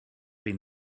been